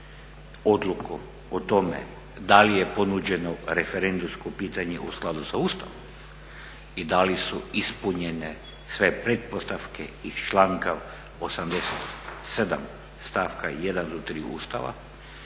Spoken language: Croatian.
odluku o tome da li je ponuđeno referendumsko pitanje u skladu sa Ustavom i da li su ispunjene sve pretpostavke iz članka 87.stavka 1. … Ustava